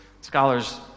scholars